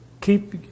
keep